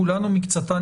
כולן או מקצתן,